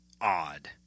odd